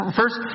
first